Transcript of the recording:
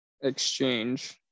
exchange